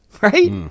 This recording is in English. right